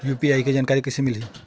UPI के जानकारी कइसे मिलही?